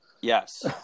yes